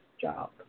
job